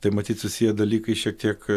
tai matyt susiję dalykai šiek tiek